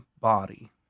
body